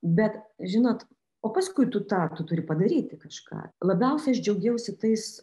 bet žinot o paskui tu tą tu turi padaryti kažką labiausiai aš džiaugiausi tais